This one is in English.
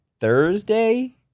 Thursday